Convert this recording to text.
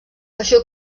això